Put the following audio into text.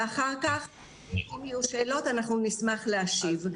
ואחר כך אם יהיו שאלות אנחנו נשמח להשיב.